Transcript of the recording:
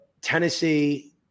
Tennessee